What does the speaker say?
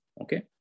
Okay